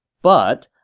but,